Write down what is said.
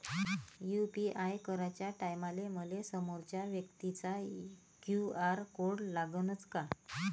UPI कराच्या टायमाले मले समोरच्या व्यक्तीचा क्यू.आर कोड लागनच का?